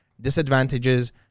Disadvantages